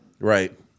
Right